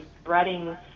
spreading